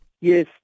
Yes